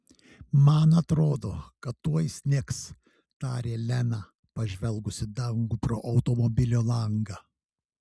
man atrodo kad tuoj snigs tarė lena pažvelgus į dangų pro automobilio langą